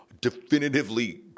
definitively